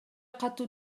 катуу